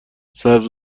سبز